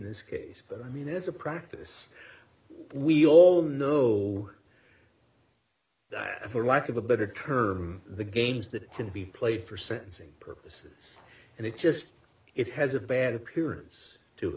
in this case but i mean as a practice we all know that for lack of a better term the games that can be played for sentencing purposes and it just it has a bad appearance to